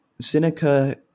Seneca